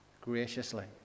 graciously